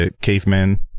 cavemen